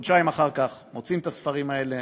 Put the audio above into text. חודשיים אחר כך מוצאים את הספרים האלה.